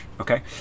Okay